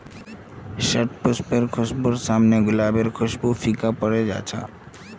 शतपुष्पेर खुशबूर साम न गुलाबेर खुशबूओ फीका पोरे जा छ